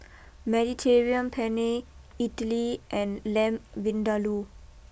Mediterranean Penne Idili and Lamb Vindaloo